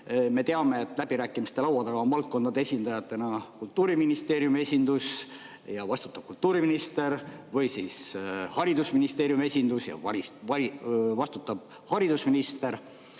Me teame, et läbirääkimiste laua taga on valdkondade esindajatena Kultuuriministeeriumi esindus ja vastutab kultuuriminister või siis haridusministeeriumi esindus ja vastutab haridusminister. Näiteks